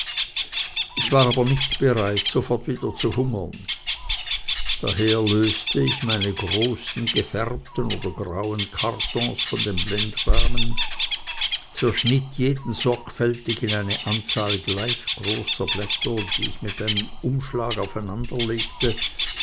ich war aber nicht bereit sofort wieder zu hungern daher löste ich meine großen gefärbten oder grauen kartons von den blendrahmen zerschnitt jeden sorgfältig in eine anzahl gleich großer blätter die ich in einen umschlag aufeinanderlegte